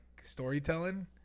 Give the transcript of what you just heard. storytelling